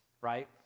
right